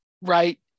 right